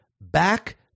back